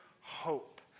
hope